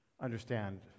understand